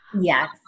Yes